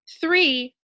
Three